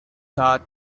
thought